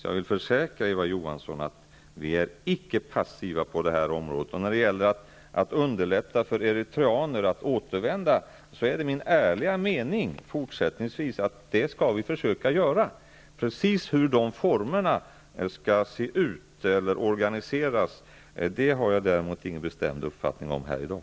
Jag vill försäkra Eva Johansson om att vi icke är passiva på området, och när det gäller att underlätta för eritreaner att återvända till sitt land är det min ärliga mening att det skall vi fortsättningsvis försöka göra. Precis vilka formerna skall vara och hur verksamheten skall organiseras har jag ingen bestämd uppfattning om här i dag.